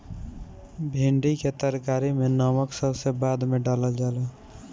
भिन्डी के तरकारी में नमक सबसे बाद में डालल जाला